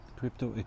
crypto